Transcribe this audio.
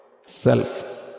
self